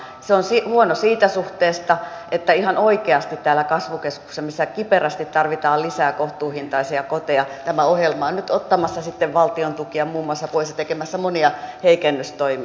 se on huono siinä suhteessa että ihan oikeasti täällä kasvukeskuksissa missä kiperästi tarvitaan lisää kohtuuhintaisia koteja tämä ohjelma on nyt ottamassa sitten valtion tukia muun muassa pois ja tekemässä monia heikennystoimia